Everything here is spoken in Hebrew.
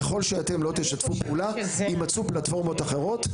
ככל שאתם לא תשתפו פעולה, יימצאו פלטפורמות אחרות.